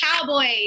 cowboys